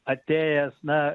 atėjęs na